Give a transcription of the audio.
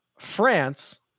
France